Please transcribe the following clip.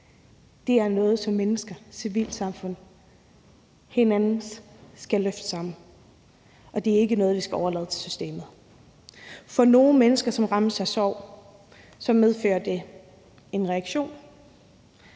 Det er noget, som mennesker indbyrdes og civilsamfundet skal løfte sammen. Det er ikke noget, vi skal overlade til systemet. For nogle mennesker, som rammes af sorg, medfører det en reaktion,